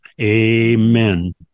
Amen